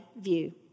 view